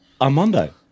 Armando